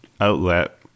outlet